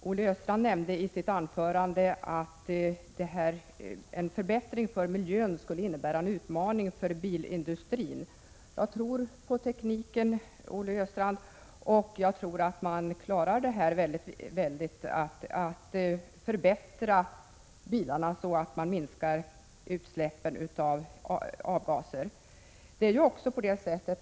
Olle Östrand nämnde i sitt anförande att en förbättring av miljön skulle innebära en utmaning för bilindustrin. Jag tror på tekniken, Olle Östrand, och tror att man klarar uppgiften att förbättra bilarna så att utsläppen av avgaser kan minskas.